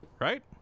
right